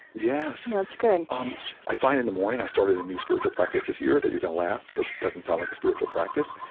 yeah so that's good um i find, in the morning i started a new spiritual practice this year that, you're gonna laugh, because it doesn't sound like a spiritual practice.